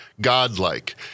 godlike